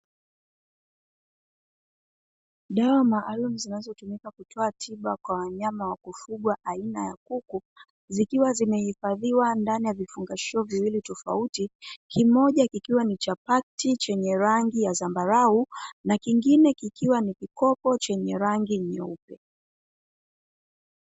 Dawa maarufu zinazotumika kutoa tiba kwa wanyama wa kufugwa aina ya kuku zikiwa zimehifadhiwa ndani ya vifungashio viwili, tofauti kimoja kikiwa ni chapati chenye rangi ya zambarau na kingine kikiwa ni vikopo chenye rangi nyeupe.